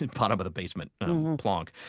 and bottom-of-the-basement blancs